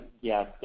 yes